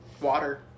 Water